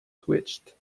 twitched